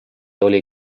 oli